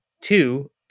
Two